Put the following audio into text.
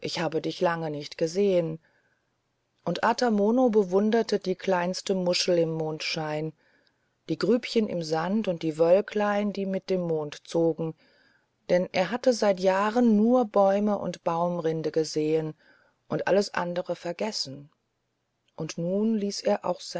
ich habe dich lange nicht gesehen und ata mono bewunderte die kleinste muschel im mondschein die grübchen im sand und die wölklein die mit dem mond zogen denn er hatte seit jahren nur bäume und baumrinden gesehen und alles andere vergessen und nun ließ er auch